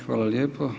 Hvala lijepo.